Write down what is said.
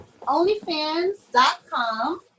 OnlyFans.com